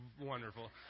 wonderful